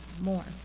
more